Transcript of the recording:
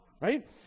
Right